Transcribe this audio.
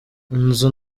inzu